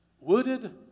Wooded